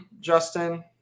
Justin